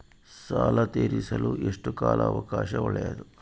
ಸಾಲ ತೇರಿಸಲು ಎಷ್ಟು ಕಾಲ ಅವಕಾಶ ಒಳ್ಳೆಯದು?